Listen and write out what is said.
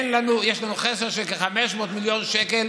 יש לנו חסר של כ-500 מיליון שקלים